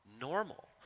normal